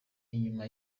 inyuma